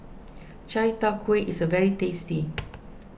Chai Tow Kway is very tasty